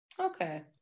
Okay